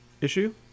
issue